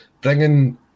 bringing